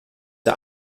der